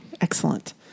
Excellent